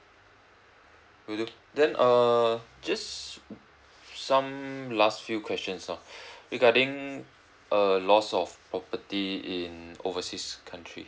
will do then err just some last few questions ah regarding uh lost of property in overseas country